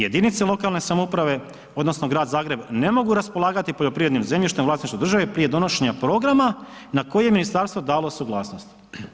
Jedinice lokalne samouprave odnosno grad Zagreb ne mogu raspolagati poljoprivrednim zemljištem u vlasništvu države prije donošenja programa na koje je ministarstvo dalo suglasnost“